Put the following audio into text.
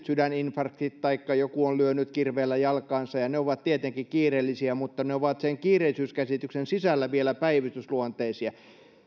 sydäninfarktit taikka se että joku on lyönyt kirveellä jalkaansa ovat tietenkin kiireellisiä mutta ne ovat sen kiireellisyyskäsityksen sisällä vielä päivystysluonteisia